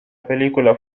película